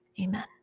Amen